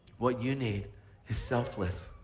what you need is selfless.